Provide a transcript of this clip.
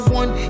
one